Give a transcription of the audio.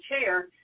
chair